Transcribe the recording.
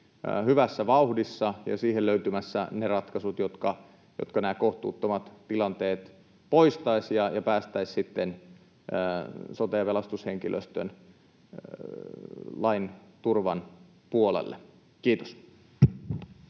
hyvässä vauhdissa ja siihen löytymässä ne ratkaisut, jotka poistaisivat nämä kohtuuttomat tilanteet, jolloin päästäisiin sote- ja pelastushenkilöstön lain turvan puolelle. — Kiitos.